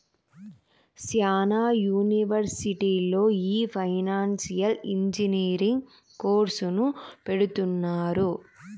శ్యానా యూనివర్సిటీల్లో ఈ ఫైనాన్సియల్ ఇంజనీరింగ్ కోర్సును పెడుతున్నారు